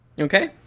Okay